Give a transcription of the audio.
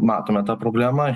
matome tą problemą